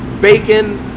bacon